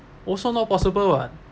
also not possible [what]